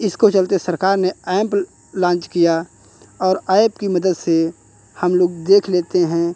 इसको चलते सरकार ने ऐप लाॅन्च किया और ऐप की मदद से हम लोग देख लेते हैं